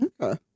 Okay